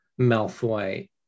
Malfoy